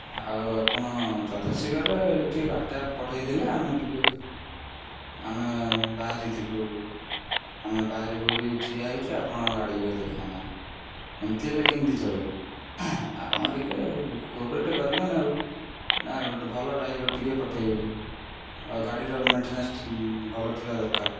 ଆଉ ଆପଣ ଯଥାଶୀଘ୍ରରେ ଟିକିଏ ଗାଡ଼ିଟା ପଠାଇଥିଲେ ଆମେ ଟିକିଏ ଆମେ ବାହାରିଥିଲୁ ଆମେ ବାହାରିଥିଲୁ ବାହାରିବୁ ଏଇଠି ଠିଆ ହୋଇଛୁ ଆପଣ ଗାଡ଼ି ଦେଖା ନାହିଁ ଏମିତି ହେଲେ କେମିତି ଚଳିବ ଆପଣ ଟିକିଏ କୋପରେଟ୍ କରିବେନା ଆଉ ନାଇଁ ଭଲ ଡ୍ରାଇଭର୍ ଟିକିଏ ପଠାଇବେ ଆଉ ଗାଡ଼ିର ମେଣ୍ଟେନାନ୍ସ ଭଲ ଥିବା ଦରକାର